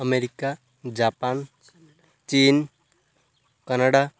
America Japan ଚୀନ Canada